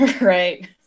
Right